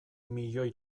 milioi